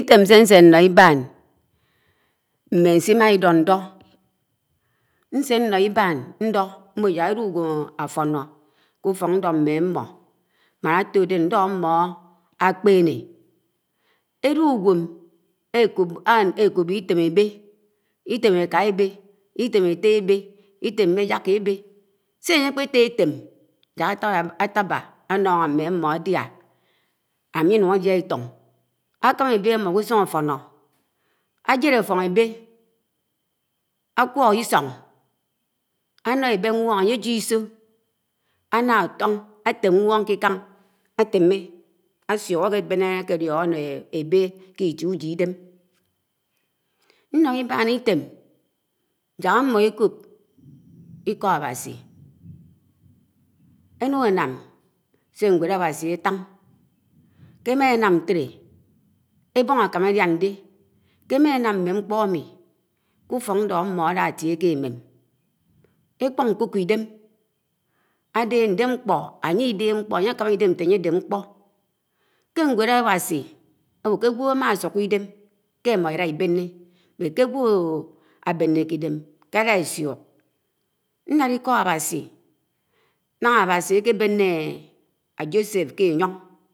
Ítém nsésé no ibán mmé nsim̃a ìdo ṉdo nsé ṉno ibán ṉdo m̃bo yák elú úgwem afo̱no, ké u̱fok ṉdó mme mmo mán átode ṉdo am̃mo ákpene elú ugwem ekóbo itém ebé, itém eká ebé, item ette ebéhi itém mme ejàkà ebéhi, sé ánye ákpe tétém ják atábá a̱no mmo ediã, añye añun ãdia itõn, akámá ebémo ké usũn áfoño, ajed. ãfon ebéh akw̄ok isong, ano ebeh ṉwon añye jíé isó áno aton, átem mwo̱n ke ikán àteme, ãsio akebene Ckeno, ebeh ke itié ujie, ídem nño ibãn itém yàk ammo ekóp iko Awasi eñun eñam sé ñwed Awasi átáh, ké emánám ntele eboṉ akam enán de, ke emãnam m̃me nkpo āmi ke ùfok ndo úfok ammo, alatie ke emén ekpo̱n ṉko̱ko idém, ádeh nde nkpo ànye idéhé nkpo, añye akama iden áte ánye áde nkpo, ke, nwed Awasi ãwo ke ãgwo ámasúko idem ke imo ikábéné, ke àgwo ábeneke idém̱ llsá isúok Nladi iko Awasi nah Awasi akébéné Ajoseph ké éyo n,